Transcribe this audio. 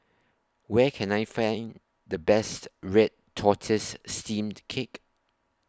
Where Can I Find The Best Red Tortoise Steamed Cake